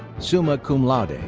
summa cum laude.